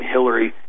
Hillary